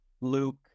Luke